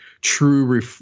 true